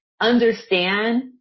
understand